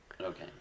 Okay